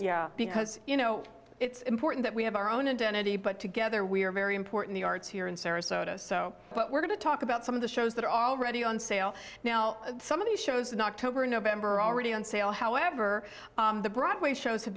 yeah because you know it's important that we have our own and vanity but together we are very important parts here in sarasota so what we're going to talk about some of the shows that are already on sale now some of the shows in october november are already on sale however the broadway shows have